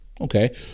okay